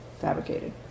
fabricated